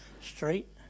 street